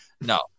No